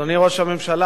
אדוני ראש הממשלה,